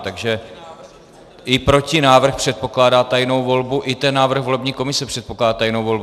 Takže i protinávrh předpokládá tajnou volbu, i ten návrh volební komise předpokládá tajnou volbu.